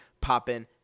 popping